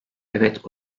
evet